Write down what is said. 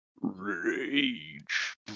Rage